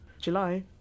July